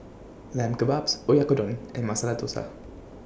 Lamb Kebabs Oyakodon and Masala Dosa